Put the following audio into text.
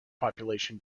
population